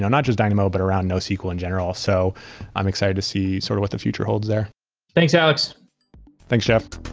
not just dynamo, but around nosql in general. so i'm excited to see sort of what the future holds there thanks, alex thanks, jeff.